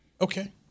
Okay